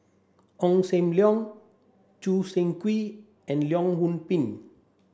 Ong Sam Leong Choo Seng Quee and Leong Yoon Pin